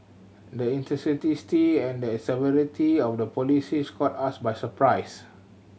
the and the severity of the policies caught us by surprise